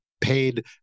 paid